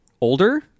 Older